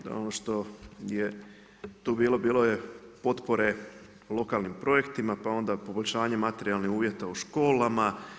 Ono što jet u bilo bilo je potpore lokalnim projektima, pa onda poboljšanje materijalnih uvjeta u školama.